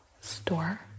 store